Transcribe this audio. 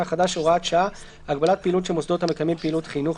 החדש (הוראת שעה) (הגבלת פעילות של מוסדות המקיימים פעילות חינוך),